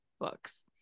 books